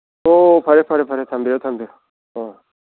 ꯑꯣ ꯐꯔꯦ ꯐꯔꯦ ꯐꯔꯦ ꯊꯝꯕꯤꯔꯣ ꯊꯝꯕꯤꯔꯣ ꯑ